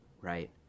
right